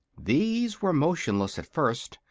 these were motionless at first,